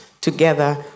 together